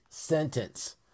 Sentence